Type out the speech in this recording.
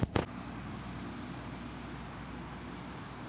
দশ কাঠা বরবটি চাষে কত পরিমাণ সার প্রয়োগ করব?